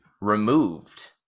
removed